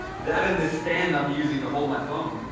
that in the stand i'm using to hold my phone.